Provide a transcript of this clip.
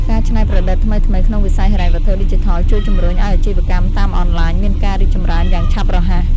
ការច្នៃប្រឌិតថ្មីៗក្នុងវិស័យហិរញ្ញវត្ថុឌីជីថលជួយជំរុញឱ្យអាជីវកម្មតាមអនឡាញមានការរីកចម្រើនយ៉ាងឆាប់រហ័ស។